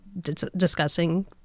discussing